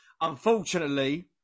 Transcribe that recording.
Unfortunately